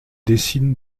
dessine